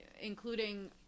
including